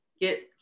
get